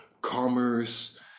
commerce